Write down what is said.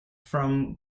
from